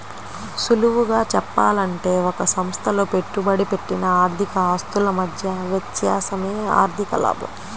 సులువుగా చెప్పాలంటే ఒక సంస్థలో పెట్టుబడి పెట్టిన ఆర్థిక ఆస్తుల మధ్య వ్యత్యాసమే ఆర్ధిక లాభం